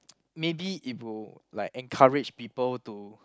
maybe it will like encourage people to